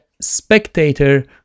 spectator